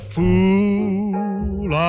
fool